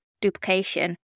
duplication